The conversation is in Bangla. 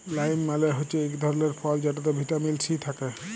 লাইম মালে হচ্যে ইক ধরলের ফল যেটতে ভিটামিল সি থ্যাকে